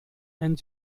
and